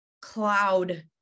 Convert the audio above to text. cloud